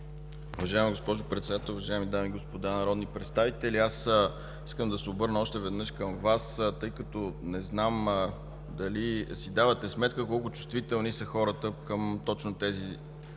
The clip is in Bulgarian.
Уважаема госпожо Председател, уважаеми дами и господа народни представители, аз искам да се обърна още веднъж към Вас, тъй като не знам дали си давате сметка колко чувствителни са хората точно към